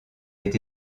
ait